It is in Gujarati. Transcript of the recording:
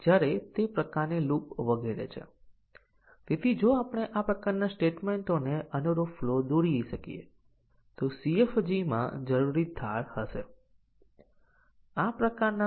અને તે પછી આપણે મલ્ટિપલ કંડિશન કવરેજ પણ જોયું હતું જ્યાં વિવિધ એટોમિક કન્ડીશન ઓએ સત્યના મૂલ્યોના તમામ સંભવિત કંપાઉંડ ોને ધ્યાનમાં લેવું જોઈએ